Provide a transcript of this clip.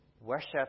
Worship